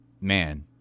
Man